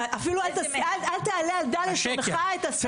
אפילו אל תעלה על דל לשונך הטמאה -- את השקר,